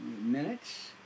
minutes